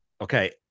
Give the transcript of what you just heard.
okay